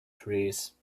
trees